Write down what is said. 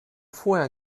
vorher